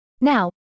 Now